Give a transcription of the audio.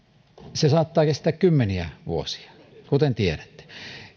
se saattaa kestää kymmeniä vuosia kuten tiedätte